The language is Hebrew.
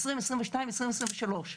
2023-2022,